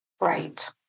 Right